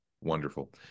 Wonderful